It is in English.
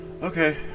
Okay